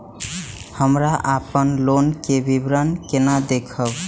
हमरा अपन लोन के विवरण केना देखब?